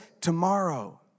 tomorrow